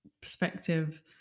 perspective